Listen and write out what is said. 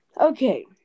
Okay